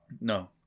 no